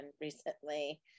recently